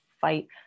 fight